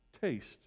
Taste